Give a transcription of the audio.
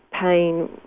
pain